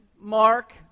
Mark